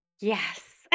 Yes